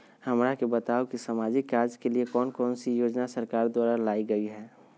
हमरा के बताओ कि सामाजिक कार्य के लिए कौन कौन सी योजना सरकार द्वारा लाई गई है?